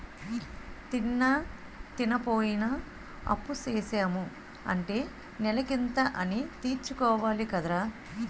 తిన్నా, తినపోయినా అప్పుసేసాము అంటే నెలకింత అనీ తీర్చుకోవాలి కదరా